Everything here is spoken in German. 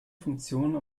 funktionen